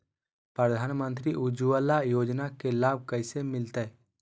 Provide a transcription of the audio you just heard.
प्रधानमंत्री उज्वला योजना के लाभ कैसे मैलतैय?